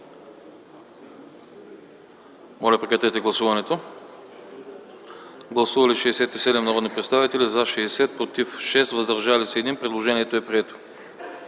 Моля, режим на гласуване. Гласували 81 народни представители: за 70, против 9, въздържали се 2. Предложението е прието.